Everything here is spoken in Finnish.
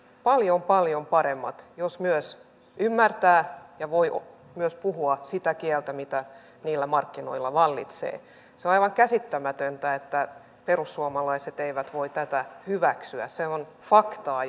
paljon paljon paremmat jos ymmärtää ja voi myös puhua sitä kieltä mikä niillä markkinoilla vallitsee se on aivan käsittämätöntä että perussuomalaiset eivät voi tätä hyväksyä se on faktaa